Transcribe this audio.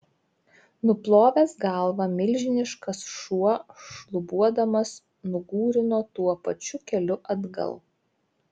nuplovęs galvą milžiniškas šuo šlubuodamas nugūrino tuo pačiu keliu atgal